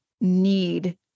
need